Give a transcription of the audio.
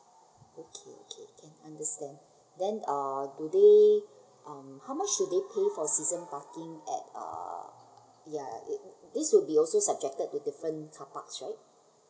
okay okay can understand then uh today um how much do they pay for season parking at uh ya it this will be also subjected to different top up right